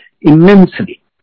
immensely